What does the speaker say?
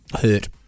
Hurt